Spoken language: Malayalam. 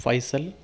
ഫൈസൽ